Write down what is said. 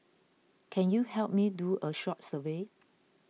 can you help me do a short survey